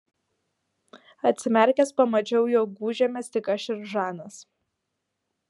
atsimerkęs pamačiau jog gūžėmės tik aš ir žanas